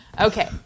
Okay